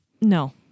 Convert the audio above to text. No